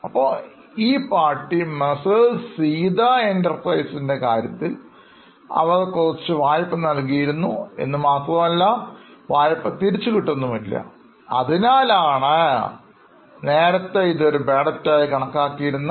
അപ്പോൾ ഈ party Messrs Seetha enterprises നിൻറെ കാര്യത്തിൽ അവർ കുറച്ച് വായ്പ നൽകിയിരുന്നു എന്നു മാത്രമല്ല വായ്പ തുക തിരിച്ച് കിട്ടുന്നുമില്ല അതിനാലാണ് അവർ നേരത്തെ ഇതൊരു Bad debt ആയി കണക്കാക്കിയിരുന്നത്